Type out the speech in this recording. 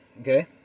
Okay